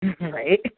right